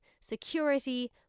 security